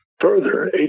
Further